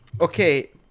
Okay